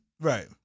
Right